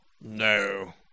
No